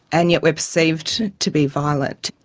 and yet we are perceived to be violence.